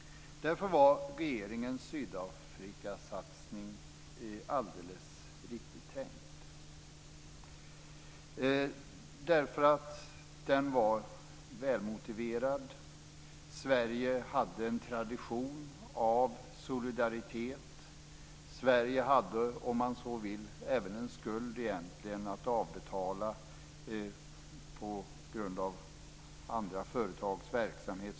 Därför var regeringens Sydafrikasatsning alldeles riktigt tänkt. Den var välmotiverad. Sverige har en tradition av solidaritet. Sverige har, om man så vill, en skuld att avbetala på grund av andra företags verksamhet.